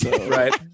Right